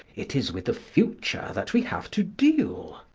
it is with the future that we have to deal.